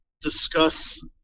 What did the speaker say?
discuss